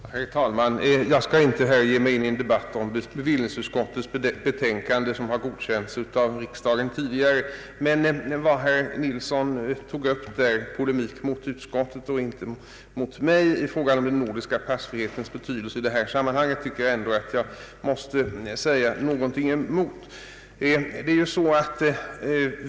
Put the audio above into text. Herr talman! Jag skall inte här ge mig in i någon debatt om bevillningsutskottets betänkande, som tidigare har godkänts av riksdagen. Men vad herr Ferdinand Nilsson tog upp i polemik mot utskottet och inte mot mig i fråga om den nordiska passfrihetens betydelse i detta sammanhang tycker jag ändå att jag måste säga någonting emot.